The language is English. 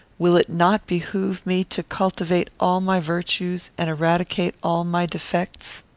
will it not behoove me to cultivate all my virtues and eradicate all my defects?